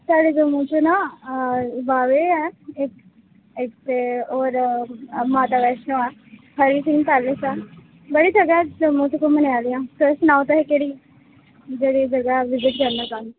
साढ़े जम्मू च ना बाह्वे ऐ इक इक ते होर माता वैष्णो ऐ हरी सिंह पैलेस ऐ बड़ी जगह ऐ जम्मू च घुमने आह्लियां तुस सनाओ तुसें केह्ड़ी जेह्ड़ी जगह विजिट करना चाह्न्ने